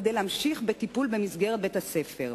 כיצד להמשיך בטיפול במסגרת בית-הספר,